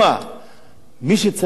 את מי שצריך להכניס לבית-הסוהר,